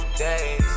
days